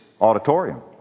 auditorium